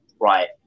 right